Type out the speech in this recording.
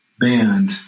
band